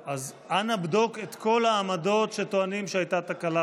אנא בדוק את כל העמדות שטוענים שהייתה בהן תקלה,